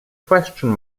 question